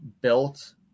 built